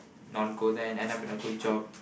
not go there and end up with a good job